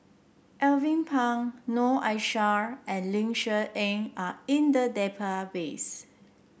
Alvin Pang Noor Aishah and Ling Cher Eng are in the database